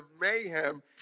mayhem